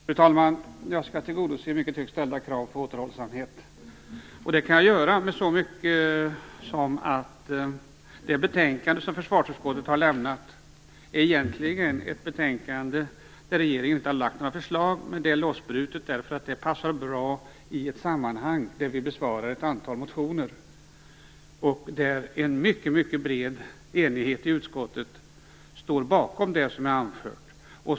Fru talman! Jag skall tillgodose mycket högt ställda krav på återhållsamhet. Det betänkande som försvarsutskottet har avlämnat är egentligen ett betänkande där regeringen inte har lagt fram några förslag. Det är lossbrutet för att det passar bra i ett sammanhang där vi besvarar ett antal motioner. En mycket bred majoritet i utskottet står bakom det som är anfört.